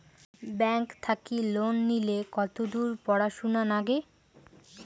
Bank থাকি loan নিলে কতদূর পড়াশুনা নাগে?